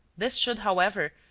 this should, however,